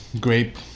grape